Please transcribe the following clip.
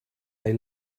they